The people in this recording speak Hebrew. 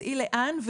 צאי לאן?